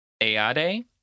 Eade